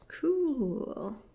Cool